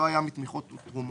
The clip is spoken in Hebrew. לא היה מתמיכות ותרומות,